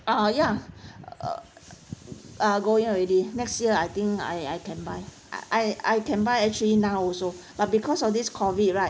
ah ya err uh going already next year I think I I can buy err I I can buy actually now also but because of this COVID right